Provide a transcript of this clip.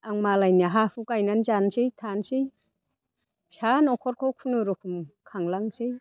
आं मालायनि हा हु गायनानै जानोसै थानोसै फिसा न'खरखौ खुनुरखम खांलांनोसै